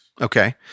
Okay